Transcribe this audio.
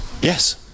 Yes